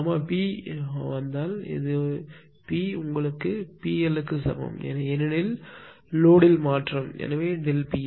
Γp என்றால் இந்த p உங்கள் P L க்கு சமம் ஏனெனில் லோடுயில் மாற்றம் எனவே PL